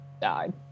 died